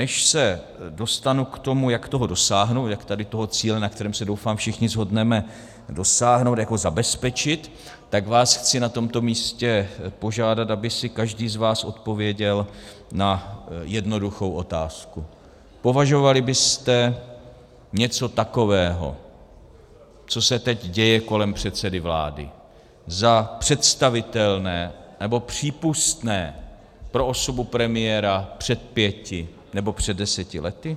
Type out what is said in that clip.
Než se dostanu k tomu, jak toho dosáhnout, jak tady toho cíle, na kterém se, doufám, všichni shodneme, jak ho dosáhnout, jak ho zabezpečit, tak vás chci na tomto místě požádat, aby si každý z vás odpověděl na jednoduchou otázku: Považovali byste něco takového, co se teď děje kolem předsedy vlády, za představitelné nebo přípustné pro osobu premiéra před pěti nebo deseti lety?